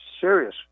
serious